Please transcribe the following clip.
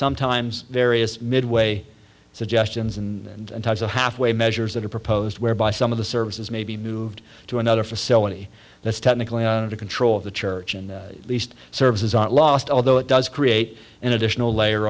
sometimes various midway suggestions and the halfway measures that are proposed whereby some of the services may be moved to another facility that's technically on to control of the church and at least services aren't lost although it does create an additional layer